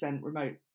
remote